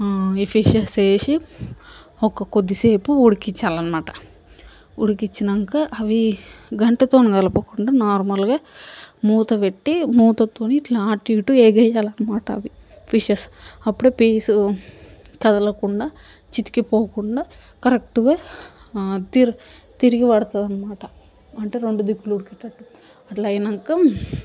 ఈ ఫిషెస్ వేసి ఒక కొద్దిసేపు ఉడికించాలి అనమాట ఉడికించినాకా అవి గరిటతోని కలపకుండా నార్మల్గా మూతపెట్టి మూతతోని ఇట్లా అటు ఇటు వేగెయ్యాలనమాట అవి ఫిషెస్ అప్పుడు పీసు కదలకుండా చితికిపోకుండా కరెక్ట్గా తిర్ తిరగబడతుంది అనమాట అంటే రెండు దిక్కులూ ఉడికేటట్టు అట్లా అయినాక